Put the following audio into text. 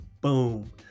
boom